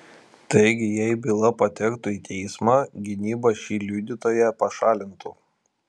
taigi jei byla patektų į teismą gynyba šį liudytoją pašalintų